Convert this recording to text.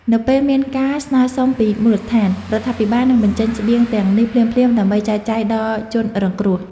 នៅពេលមានការស្នើសុំពីមូលដ្ឋាន រដ្ឋាភិបាលនឹងបញ្ចេញស្បៀងទាំងនេះភ្លាមៗដើម្បីចែកចាយដល់ជនរងគ្រោះ។